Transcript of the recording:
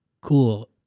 cool